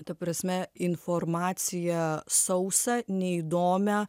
ta prasme informaciją sausą neįdomią